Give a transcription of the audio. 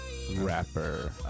Rapper